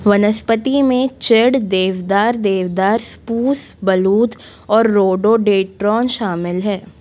वनस्पति में चिड़ देवदार देवदार स्पूस बलूत और रोडोडेड्रॉन शामिल हैं